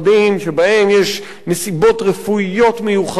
שבהם יש נסיבות רפואיות מיוחדות,